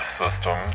system